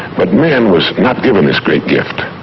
but man was not given this great gift.